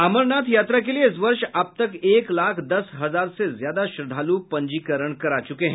अमरनाथ यात्रा के लिए इस वर्ष अब तक एक लाख दस हजार से ज्यादा श्रद्वालु पंजीकरण करा चुके हैं